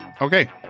okay